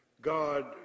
God